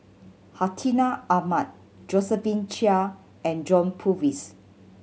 Hartinah Ahmad Josephine Chia and John Purvis